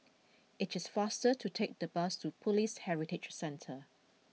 it is faster to take the bus to Police Heritage Centre